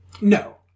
No